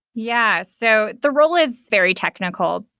yeah. so the role is very technical,